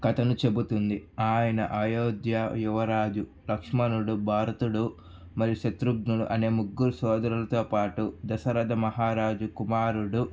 కథను చెబుతుంది ఆయన అయోధ్య యువరాజు లక్ష్మణుడు భరతుడు మరియు శత్రుఘ్నుడు అనే ముగ్గురు సోదరులతో పాటు దశరథ మహారాజు కుమారుడు